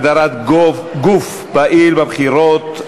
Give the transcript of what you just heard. הגדרת גוף פעיל בבחירות).